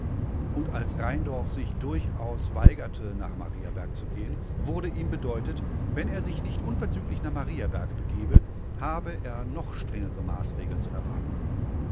und als rheindorf sich durchaus weigerte nach mariaberg zu gehen wurde ihm bedeutet wenn er sich nicht unverzüglich nach mariaberg begebe habe er noch strengere maßregeln zu erwarten